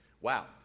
wow